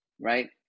right